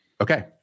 Okay